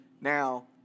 Now